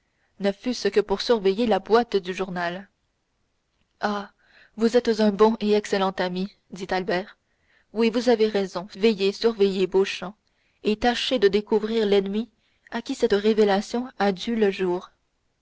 ne fût-ce que pour surveiller la boîte du journal ah vous êtes un bon et excellent ami dit albert oui vous avez raison veillez surveillez beauchamp et tâchez de découvrir l'ennemi à qui cette révélation a dû le jour